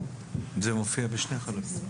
זה מופיע בשני חלקים.